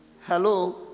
Hello